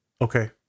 Okay